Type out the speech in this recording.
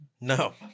no